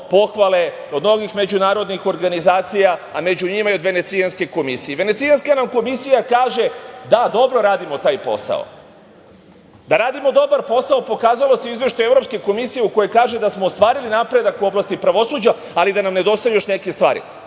pohvale od mnogi međunarodnih organizacija, a među njima i od Venecijanske komisije. Venecijanska komisija nam kaže da dobro radimo taj posao. Da radimo dobar posao pokazalo se u Izveštaju Evropske komisije koja kaže da smo ostvarili napredak u oblasti pravosuđa, ali da nam nedostaju još neke stvari,